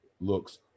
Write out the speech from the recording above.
looks